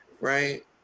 right